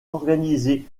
organisées